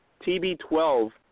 TB12